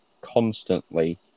constantly